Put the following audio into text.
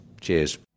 cheers